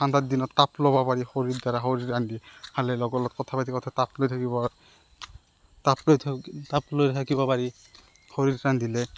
ঠাণ্ডা দিনত তাপ ল'ব পাৰি শৰীৰত লগৰৰ লগত কথা পাতিব থাকিলে তাপ লৈ থাকিব তাপ লৈ তাপ লৈ থাকিব পাৰি খৰিত ৰান্ধিলে